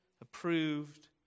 approved